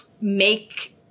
make